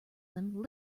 them